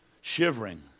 shivering